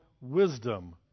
wisdom